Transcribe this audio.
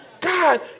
God